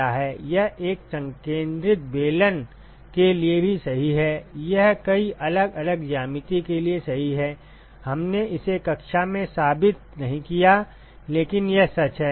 यह एक संकेंद्रित बेलन के लिए भी सही है यह कई अलग अलग ज्यामिति के लिए सही है हमने इसे कक्षा में साबित नहीं किया लेकिन यह सच है